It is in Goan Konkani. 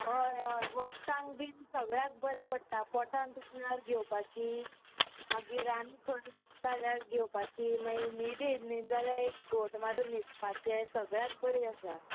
हय हय वखदांक बीन सगळ्याक बरें पडटा पोटान दुखल्यार घेवपाची मागीर आनी खंय दुकताल्यार घेवपाची मागीर न्हीद येना जाल्यार एक घोंट मारून न्हिदपाचे सगळ्याक बरी आसा